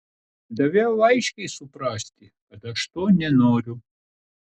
daviau aiškiai suprasti kad aš to nenoriu